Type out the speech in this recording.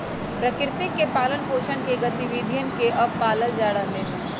प्रकृति के पालन पोसन के गतिविधियन के अब पाल्ल जा रहले है